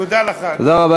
תודה לך, אדוני.